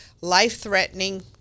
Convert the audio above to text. life-threatening